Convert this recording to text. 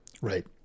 Right